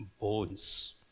bones